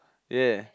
ya